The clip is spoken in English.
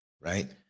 right